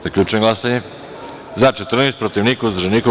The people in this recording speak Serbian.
Zaključujem glasanje: za – 14, protiv – niko, uzdržanih – nema.